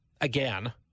again